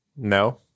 No